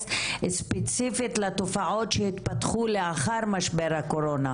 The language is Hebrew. בספציפית לתופעות שהתפתחו לאחר משבר הקורונה.